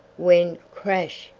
when crash,